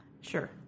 Sure